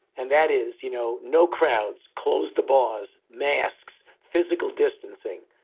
and that is, you know, no crowds closed. the bors masks physical distancing.